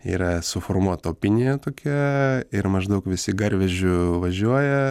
yra suformuota opinija tokia ir maždaug visi garvežiu važiuoja